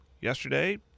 yesterday